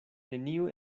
neniu